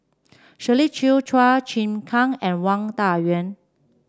Shirley Chew Chua Chim Kang and Wang Dayuan